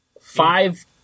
Five